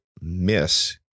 miss